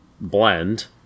blend